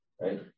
Right